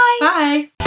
Bye